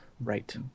right